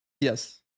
Yes